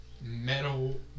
metal